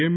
એમ